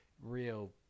real